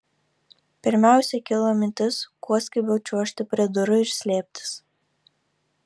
pirmiausia kilo mintis kuo skubiau čiuožti prie durų ir slėptis